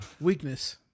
Weakness